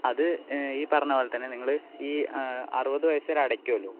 അത് ഈ പറഞ്ഞപോലെ തന്നെ നിങ്ങള് ഈ അറുപത് വയസ് വരെ അടക്കുവല്ലോ